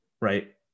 Right